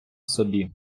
собі